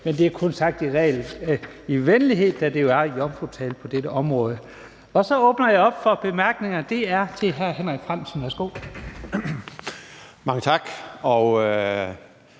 Men det er kun sagt i venlighed, da det jo er en jomfrutale på dette område. Så åbner jeg op for korte bemærkninger. Først er det hr. Henrik Frandsen. Værsgo. Kl.